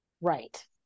right